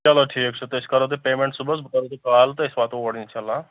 چلو ٹھیٖک چھُ تہٕ أسۍ کَرو تۄہہِ پیمینٛٹ صُبَحس بہٕ کَرو تۄہہِ کال تہٕ أسۍ واتو اور اِنشاءاللہ ہا